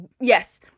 Yes